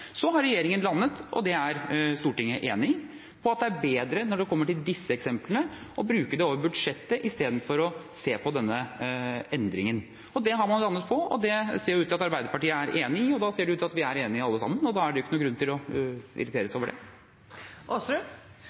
Så har regjeringen landet på, og det er Stortinget enig i, at det er bedre når det kommer til disse eksemplene, å ta det over budsjettet istedenfor å se på denne endringen. Det har man landet på, og det ser det ut til at Arbeiderpartiet er enig i. Det ser ut til at vi er enige alle sammen, og da er det jo ikke noen grunn til å irritere seg over